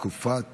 תקופות